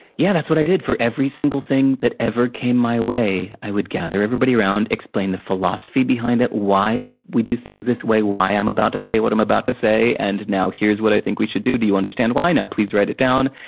yeah, so that's what i did, for every single thing that ever came my way, i gather everybody around, explain the philosophy behind it, why we do things this way, why i'm about to say what i'm about to say, and now, here's what i think we should do. do you understand why? now, please write it down.